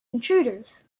intruders